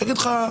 שיגיד לך,